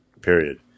period